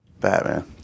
Batman